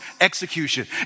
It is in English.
execution